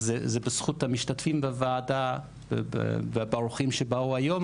אז זה בזכות המשתתפים בוועדה והאורחים שבאו היום,